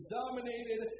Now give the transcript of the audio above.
dominated